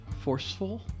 Forceful